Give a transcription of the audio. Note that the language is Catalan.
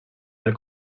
del